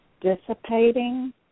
dissipating